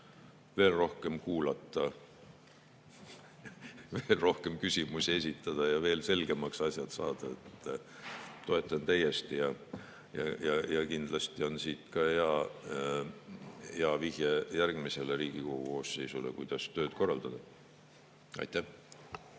veel rohkem kuulata, veel rohkem küsimusi esitada ja veel selgemaks asjad saada. Toetan täiesti. Ja kindlasti on see ka hea vihje järgmisele Riigikogu koosseisule, kuidas tööd korraldada. Jaa,